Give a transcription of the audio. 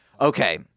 Okay